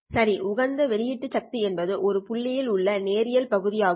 சரி உகந்த வெளியீட்டு சக்தி என்பது ஒரு புள்ளியில் உள்ள நேரியல் பகுதி ஆகும்